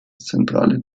zentrale